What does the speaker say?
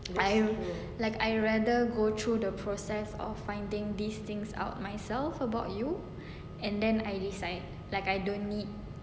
I like I rather go through the process of finding these things out myself about you and then I decide like I don't need